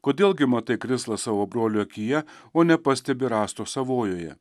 kodėl gi matai krislą savo brolio akyje o nepastebi rąsto savojoje